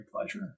pleasure